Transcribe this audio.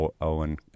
Owen